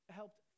helped